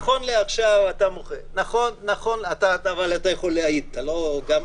אתה מוחה אבל אתה יכול להעיד על כך,